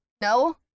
no